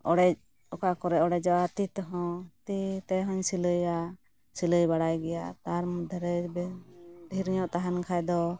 ᱚᱲᱮᱡ ᱚᱠᱟ ᱠᱚᱨᱮ ᱚᱲᱮᱡᱚᱜᱼᱟ ᱛᱤ ᱛᱮᱦᱚᱸ ᱛᱤ ᱛᱮᱦᱚᱸᱧ ᱥᱤᱞᱟᱹᱭᱟ ᱥᱤᱞᱟᱹᱭ ᱵᱟᱲᱟᱭ ᱜᱮᱭᱟ ᱛᱟᱨ ᱢᱚᱫᱽᱫᱷᱮᱨᱮ ᱰᱷᱮᱨᱧᱚᱜ ᱛᱟᱦᱮᱱ ᱠᱷᱟᱱ ᱫᱚ